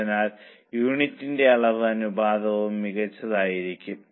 അതിനാൽ ലാഭത്തിന്റെ അളവ് അനുപാതവും മികച്ചതായിരിക്കും